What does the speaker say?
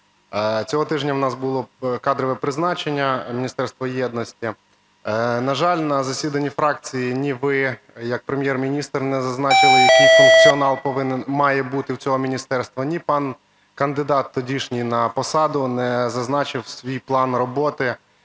Цього тижня в нас було кадрове призначення, Міністерство єдності, на жаль, на засіданні фракції ні ви як Прем’єр-міністр не зазначили, який функціонал повинен… має бути в цього міністерства, ні пан кандидат тодішній на посаду не зазначив свій план роботи